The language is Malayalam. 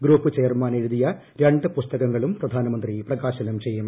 ഗ്രൂപ്പ് ചെയർമാൻ എഴുതിയ രണ്ട് പുസ്തകങ്ങളും പ്രധാനമന്ത്രി പ്രകാശനം ചെയ്യും